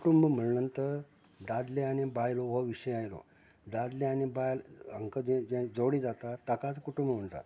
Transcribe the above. कुटूंब म्हणले नंतर दादले आनी बायल हो विशय आयलो दादले आनी बायल हांकां जें जें जोडी जाता ताकाच कुटूंब म्हणटात